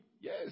Yes